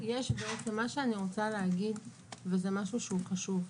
מה שאני רוצה להגיד זה משהו שהוא חשוב.